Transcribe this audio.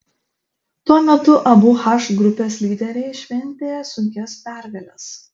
tuo metu abu h grupės lyderiai šventė sunkias pergales